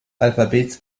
alphabets